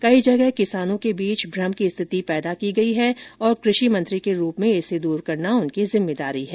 कई जगह किसानों के बीच भ्रम की स्थिति पैदा की गई है और कुषिमंत्री के रूप में इसे दूर करना उनकी जिम्मेदारी है